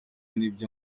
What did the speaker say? n’ibyo